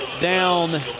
down